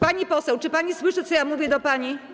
Pani poseł, czy pani słyszy co ja mówię do pani?